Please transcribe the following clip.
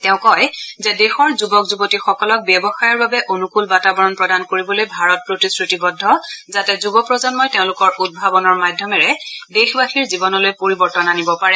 তেওঁ কয় যে দেশৰ যুৱক যুৱতীসকলক ব্যৱসায়ৰ বাবে অনুকল বাতাবৰণ প্ৰদান কৰিবলৈ ভাৰত প্ৰতিশ্ৰুতিবদ্ধ যাতে যুব প্ৰজন্মই তেওঁলোকৰ উদ্ভাৱনৰ মাধ্যমেৰে দেশবাসীৰ জীৱনলৈ পৰিৱৰ্তন আনিব পাৰে